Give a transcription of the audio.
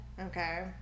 Okay